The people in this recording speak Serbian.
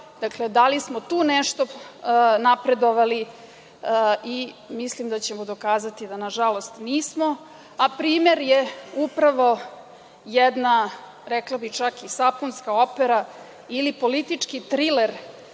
dakle, da li smo tu nešto napredovali. Mislim da ćemo dokazati da, nažalost, nismo. Primer je upravo jedna rekla bih čak i sapunska opera ili politički triler